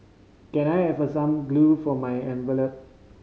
can I have some glue for my envelope